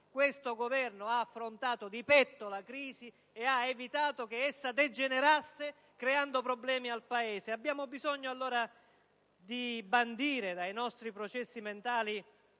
l'Esecutivo ha affrontato di petto la crisi e ha evitato che essa degenerasse creando problemi al Paese), abbiamo bisogno di bandire dai nostri processi mentali